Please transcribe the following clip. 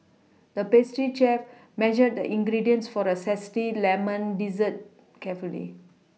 the pastry chef measured the ingredients for a zesty lemon dessert carefully